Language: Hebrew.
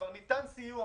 כבר ניתן סיוע